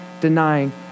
denying